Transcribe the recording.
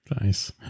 Nice